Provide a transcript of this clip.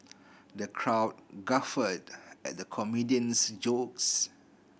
the crowd guffawed at the comedian's jokes